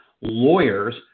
lawyers